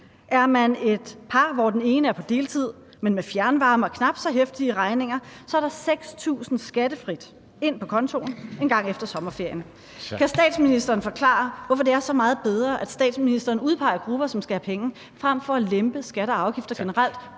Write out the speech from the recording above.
Er man et par, hvor den ene er på deltid, men med fjernvarme og knap så heftige regninger, så er der 6.000 kr. skattefrit ind på kontoen engang efter sommerferien. Kan statsministeren forklare, hvorfor det er så meget bedre, at statsministeren udpeger grupper, som skal have penge, frem for at lempe skatter og afgifter generelt